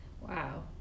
Wow